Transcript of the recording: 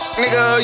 nigga